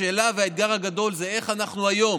השאלה והאתגר הגדול הם איך אנחנו היום